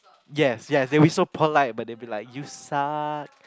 yes yes they will be so polite but they will be like you suck